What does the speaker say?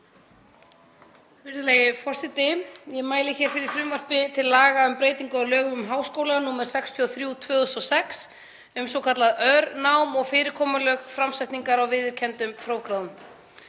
Virðulegi forseti. Ég mæli hér fyrir frumvarpi til laga um breytingu á lögum um háskóla, nr. 63/2006, um svokallað örnám og fyrirkomulag framsetningar á viðurkenndum prófgráðum.